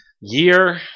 year